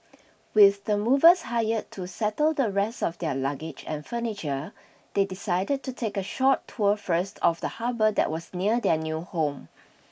with the movers hired to settle the rest of their luggage and furniture they decided to take a short tour first of the harbor that was near their new home